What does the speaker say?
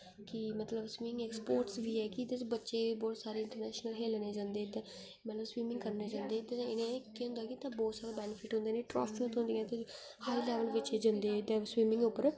कि मतलब स्विमिंग इक स्पोर्टस बी ऐ कि तुस बच्चे बहूत सारे इंटरनेशनल खेलने ई जंदे मतलब स्विमिंग करने जंदे ते इ'नें केह् होंदा कि उत्थें बहूत जादा बेनिफिट होंदे इ'नें ई ट्रॉफी थ्होंदिया हाई लेवल बिच बच्चे जंदे ते स्विमिंग उप्पर